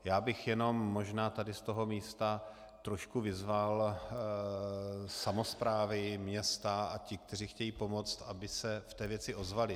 Já bych jenom možná tady z toho místa vyzval samosprávy, města a ty, kteří chtějí pomoci, aby se v té věci ozvali.